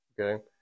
Okay